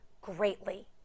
greatly